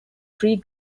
three